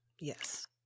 Yes